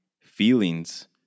feelings